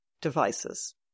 devices